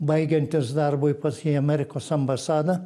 baigiantis darbui pas jį į amerikos ambasadą